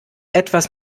etwas